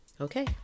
Okay